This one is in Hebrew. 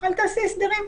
אל תעשי הסדרים,